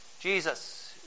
Jesus